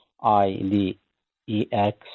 I-D-E-X